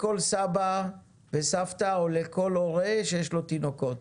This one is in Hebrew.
לכל סבא וסבתא או לכל הורה שיש לו תינוקות,